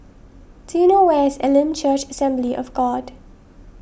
do you know where is Elim Church Assembly of God